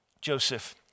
Joseph